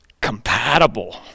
compatible